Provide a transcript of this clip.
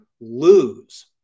lose